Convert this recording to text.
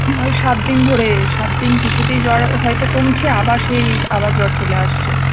প্রায় সাতদিন ধরে সাতদিন কিছুতেই জ্বর হয়তো কমছে আবার সেই আবার জ্বর চলে আসছে